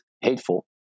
hateful